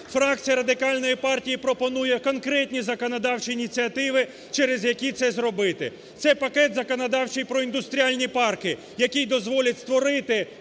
Фракція Радикальної партії пропонує конкретні законодавчі ініціативи, через які це зробити, це пакет законодавчій про індустріальні парки, який дозволить створити